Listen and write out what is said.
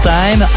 time